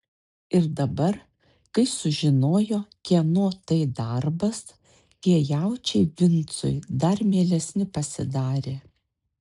ir dabar kai sužinojo kieno tai darbas tie jaučiai vincui dar mielesni pasidarė